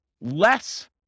less